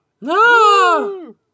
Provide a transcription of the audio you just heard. No